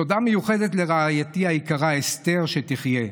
תודה מיוחדת לרעייתי היקרה אסתר שתחיה,